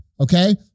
Okay